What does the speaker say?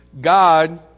god